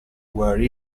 were